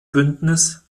bündnis